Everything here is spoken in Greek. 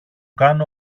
κάνω